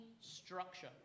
structure